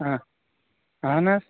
اَہنہٕ